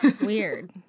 Weird